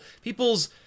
people's